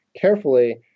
carefully